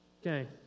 Okay